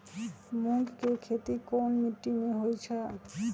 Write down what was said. मूँग के खेती कौन मीटी मे होईछ?